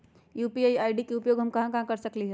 UPI ID के उपयोग हम कहां कहां कर सकली ह?